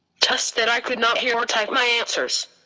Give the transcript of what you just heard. tests that i could not hear or type my answers.